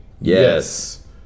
Yes